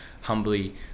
humbly